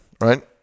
right